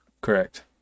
Correct